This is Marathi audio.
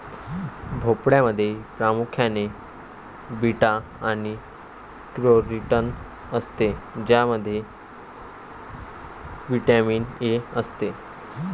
भोपळ्यामध्ये प्रामुख्याने बीटा आणि कॅरोटीन असते ज्यामध्ये व्हिटॅमिन ए असते